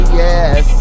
yes